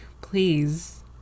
please